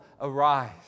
arise